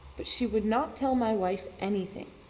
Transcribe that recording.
but she would not tell my wife anything.